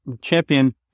Champion